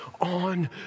on